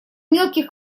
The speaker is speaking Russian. мелких